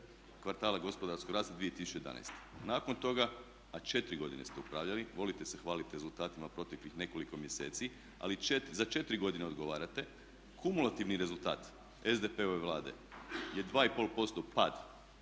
kvartala gospodarskog rasta 2011. Nakon toga, a četiri godine ste upravljali, volite se hvaliti rezultatima proteklih nekoliko mjeseci, ali za četiri godine odgovarate, kumulativni rezultat SDP-ove Vlade je 2 i pol